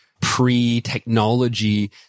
pre-technology